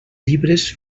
llibres